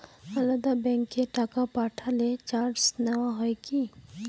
আলাদা ব্যাংকে টাকা পাঠালে চার্জ নেওয়া হয় কি?